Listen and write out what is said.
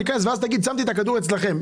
נתכנס ואז תגיד, שמתי את הכדור אצלכם.